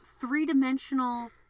three-dimensional